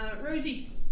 Rosie